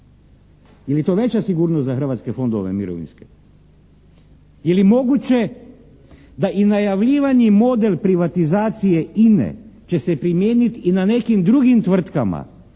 je to veća sigurnost za hrvatske fondove mirovinske. Je li moguće da i najavljivani model privatizacije INA-e će se primijeniti i na nekim drugim tvrtkama